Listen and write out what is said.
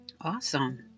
Awesome